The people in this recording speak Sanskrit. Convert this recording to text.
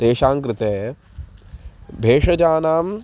तेषां कृते भेषजानाम्